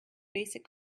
basic